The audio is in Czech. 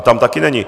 Tam také není.